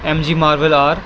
M G Marvel are